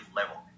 level